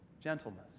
gentleness